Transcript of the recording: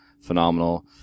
phenomenal